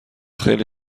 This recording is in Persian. خیلی